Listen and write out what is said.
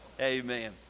amen